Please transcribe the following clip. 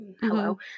hello